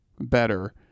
better